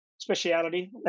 Speciality